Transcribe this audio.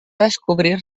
descobrir